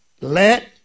Let